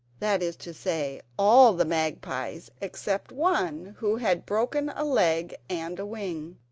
that is to say, all the magpies except one who had broken a leg and a wing.